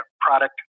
product